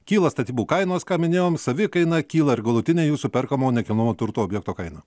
kyla statybų kainos ką minėjom savikaina kyla ir galutinė jūsų perkamo nekilnojamo turto objekto kaina